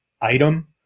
item